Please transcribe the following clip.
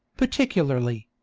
particularly.